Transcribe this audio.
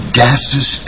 gases